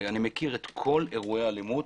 אני מכיר את כל אירועי האלימות